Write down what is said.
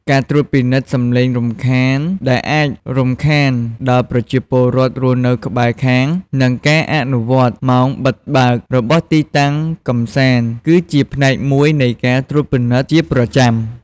ការត្រួតពិនិត្យ សំឡេងរំខាន ដែលអាចរំខានដល់ប្រជាពលរដ្ឋរស់នៅក្បែរខាង និងការអនុវត្ត ម៉ោងបិទបើក របស់ទីតាំងកម្សាន្ត គឺជាផ្នែកមួយនៃការត្រួតពិនិត្យជាប្រចាំ។